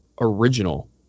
original